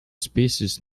species